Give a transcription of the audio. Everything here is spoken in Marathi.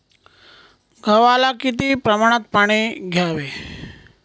गव्हाला किती प्रमाणात पाणी द्यावे?